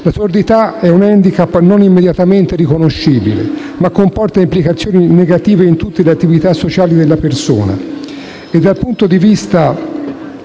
La sordità è un *handicap* non immediatamente riconoscibile, ma comporta implicazioni negative in tutte le attività sociali della persona,